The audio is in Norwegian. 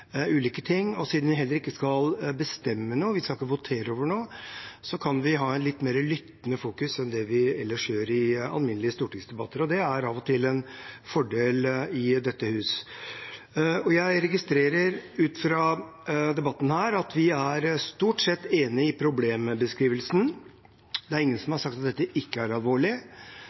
ulike ting «face to face» med ministeren, og siden vi heller ikke skal bestemme noe, vi skal ikke votere over noe, kan vi lytte litt mer enn det vi ellers gjør i alminnelige stortingsdebatter. Det er av og til en fordel i dette hus. Jeg registrerer ut fra debatten at vi stort sett er enige om problembeskrivelsen. Det er ingen som har sagt at dette ikke er alvorlig,